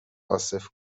عاصف